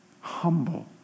humble